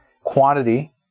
quantity